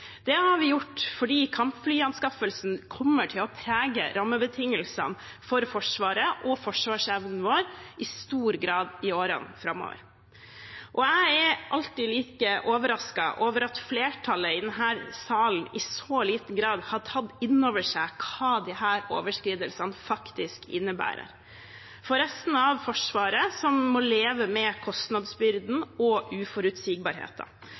Det har vi gjort fordi kampflyanskaffelsen kommer til å prege rammebetingelsene for Forsvaret og forsvarsevnen vår i stor grad i årene framover. Jeg er alltid like overrasket over at flertallet i denne salen i så liten grad har tatt inn over seg hva disse overskridelsene faktisk innebærer for resten av Forsvaret, som må leve med